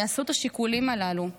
יעשו את השיקולים הללו.